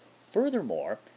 Furthermore